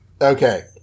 Okay